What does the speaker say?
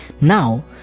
now